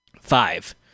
Five